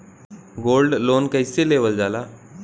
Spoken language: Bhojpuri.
गोल्ड लोन कईसे लेवल जा ला?